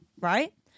right